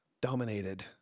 dominated